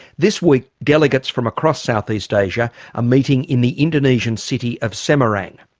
this week delegates from across south-east asia are meeting in the indonesian city of semerang.